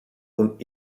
und